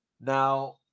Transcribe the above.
now